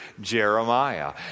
jeremiah